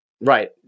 Right